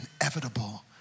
inevitable